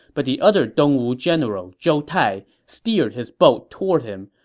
but the other dong wu general, zhou tai, steered his boat toward him.